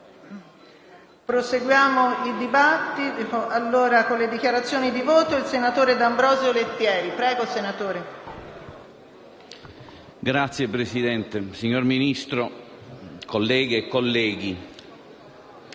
Signora Presidente, signora Ministro, colleghe e colleghi,